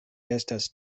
estas